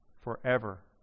forever